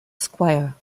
squire